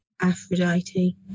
Aphrodite